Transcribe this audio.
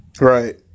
Right